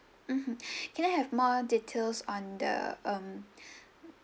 mmhmm can I have more details on the um